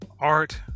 art